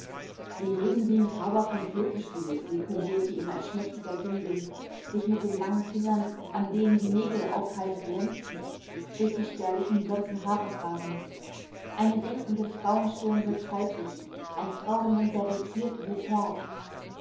sie reden wie'n tauber vom flötenspiel sekundierte ihm ein schmächtiger jüngling sich mit den langen fingern an denen die nägel auffallend glänzten durch die spärlichen blonden haare fahrend eine denkende frauenstirn wird faltig ein frauenmund der doziert wird herb